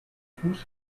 fuß